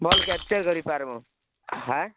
ଭଲ୍ କ୍ୟାପ୍ଚର୍ କରି ପାରିମୁ ହାଁ